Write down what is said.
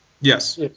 Yes